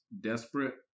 desperate